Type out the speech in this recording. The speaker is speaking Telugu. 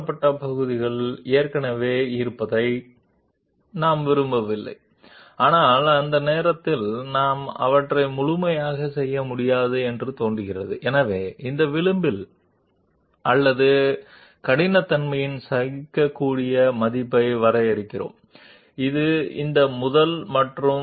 ప్రస్తుతం ఉన్న స్కాలోప్స్ అని పిలువబడే ఈ అప్రైజ్డ్ పోర్షన్లు మాకు ఇష్టం లేదు కానీ ఈ సమయంలో మనం వాటిని పూర్తిగా తొలగించలేమని అనిపిస్తుంది మరియు అందువల్ల ఈ అంచు లేదా కరుకుదనం యొక్క టాలరెన్స్ చేయదగిన విలువను మేము నిర్వచించాము ఇది ఈ కదలికల ఫలితంగా ఉంటుంది